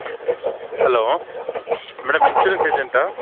hello madam insurance ఏజెంటా